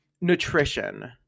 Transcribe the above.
nutrition